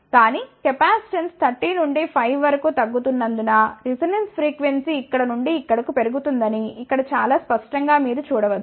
కానీ కెపాసిటెన్స్ 30 నుండి 5 వరకు తగ్గుతున్నందున రెసొనెన్స్ ఫ్రీక్వెన్సీ ఇక్కడ నుండి ఇక్కడికి పెరుగుతుందని ఇక్కడ చాలా స్పష్టంగా మీరు చూడ వచ్చు